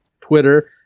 twitter